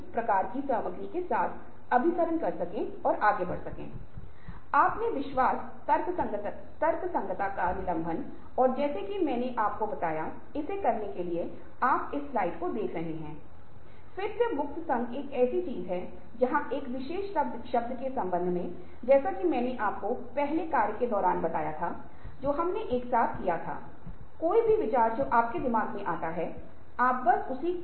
दूसरों को केवल इस बात पर विश्वास होगा कि हमारी बात बहुत ही ठोस तर्क द्वारा समर्थित है और यदि आवश्यक हो तो हम साक्ष्य प्रदान कर सकते हैं हम डेटा डेटा आधारित और ठोस तर्क प्रदान कर सकते हैं जिससे हमें दूसरों को समझाने और अपना काम पूरा करने में मदद मिल सके